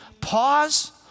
pause